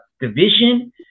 division